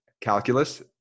calculus